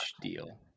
deal